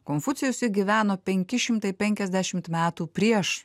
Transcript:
konfucijus juk gyveno penki šimtai penkiasdešimt metų prieš